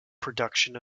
production